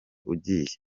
ugiye